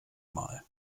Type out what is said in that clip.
mal